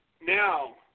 now